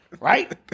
right